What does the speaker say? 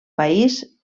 país